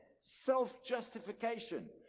self-justification